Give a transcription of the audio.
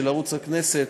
של ערוץ הכנסת,